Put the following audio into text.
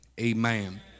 Amen